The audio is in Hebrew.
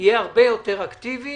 תהיה הרבה יותר אקטיבית